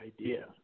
idea